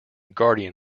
guardian